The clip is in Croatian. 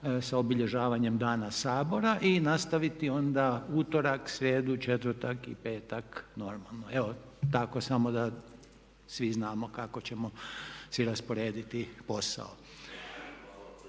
sa obilježavanjem Dana Sabor i nastaviti onda utorak, srijedu, četvrtak i petak normalno. Evo tako samo da svi znamo kako ćemo si rasporediti posao.